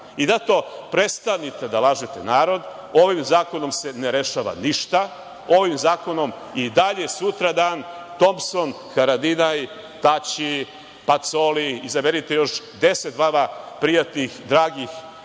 dan. Zato prestanite da lažete narod. Ovim zakonom se ne rešava ništa. Ovim zakonom i dalje sutradan Tompson, Haradinaj, Tači, Pacoli, izaberite još 10 vama prijatnih, dragih